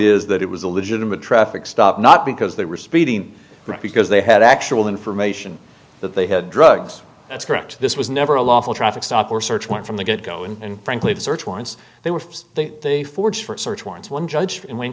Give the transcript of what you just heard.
is that it was a legitimate traffic stop not because they were speeding because they had actual information that they had drugs that's correct this was never a lawful traffic stop or search warrant from the get go and frankly the search warrants they were they forge for search warrants one judge in w